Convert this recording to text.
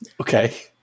Okay